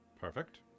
perfect